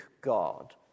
God